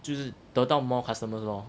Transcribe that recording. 就是得到 more customers lor